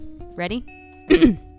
Ready